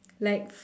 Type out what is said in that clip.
like